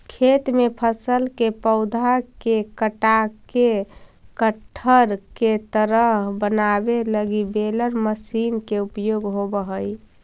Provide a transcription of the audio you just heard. खेत में फसल के पौधा के काटके गट्ठर के तरह बनावे लगी बेलर मशीन के उपयोग होवऽ हई